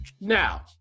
Now